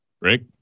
Rick